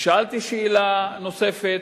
ושאלתי שאלה נוספת,